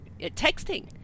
texting